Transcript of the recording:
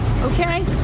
Okay